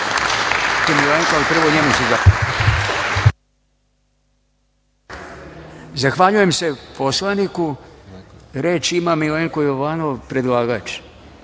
Zahvaljujem se poslaniku. Reč ima Milenko Jovanov, predlagač.